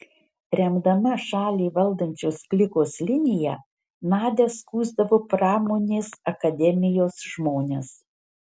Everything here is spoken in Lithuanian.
remdama šalį valdančios klikos liniją nadia skųsdavo pramonės akademijos žmones